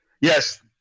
Yes